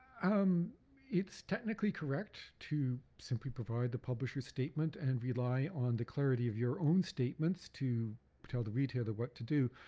um it's technically correct to simply provide the publisher's statement and rely on the clarity of your own statements to tell the retailer what to do.